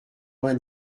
vingt